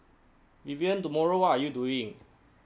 vivian tomorrow what are you doing